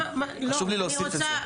חשוב לי להוסיף את זה.